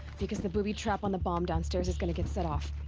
because the booby trap on the bomb downstairs is gonna get set off!